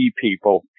people